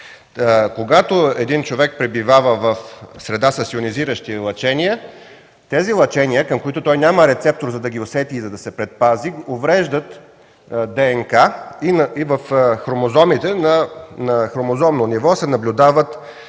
Когато човек пребивава в среда с йонизиращи лъчения, тези лъчения, към които той няма рецептор, за да ги усети и се предпази, увреждат ДНК и в хромозомите на хромозомно ниво се наблюдават